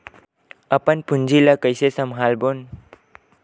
अपन पूंजी ला कइसे संभालबोन?